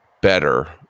better